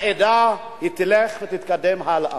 העדה תתקדם הלאה.